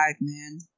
man